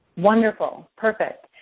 wonderful, perfect.